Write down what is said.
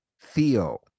Theo